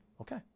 okay